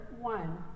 one